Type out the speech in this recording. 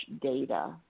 data